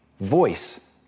voice